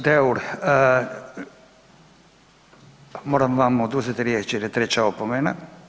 G. Deur, moram vam oduzeti riječ jer je treća opomena.